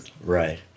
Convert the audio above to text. Right